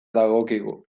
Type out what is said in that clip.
dagokigu